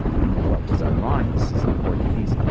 and what was ironic, and this is an important piece,